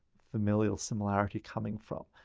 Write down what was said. familial similarity coming from?